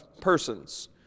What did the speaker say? persons